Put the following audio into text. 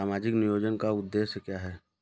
सामाजिक नियोजन का उद्देश्य क्या है?